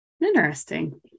Interesting